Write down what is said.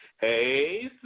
Hey